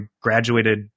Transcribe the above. graduated